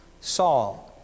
Saul